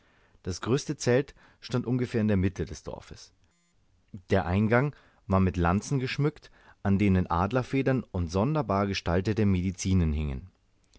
das größte zelt stand ungefähr in der mitte des dorfes der eingang war mit lanzen geschmückt an denen adlerfedern und sonderbar gestaltete medizinen hingen